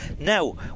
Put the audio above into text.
Now